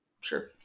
sure